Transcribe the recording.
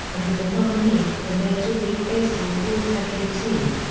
and was a nominee for the major league baseball all-century team.